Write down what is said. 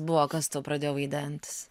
buvo kas tau pradėjo vaidentis